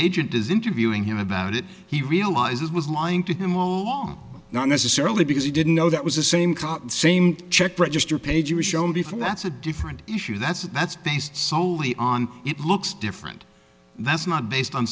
agent is interviewing him about it he realized it was lying to him all not necessarily because he didn't know that was the same same check register page was shown before that's a different issue that's it that's based solely on it looks different that's not based on